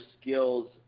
skills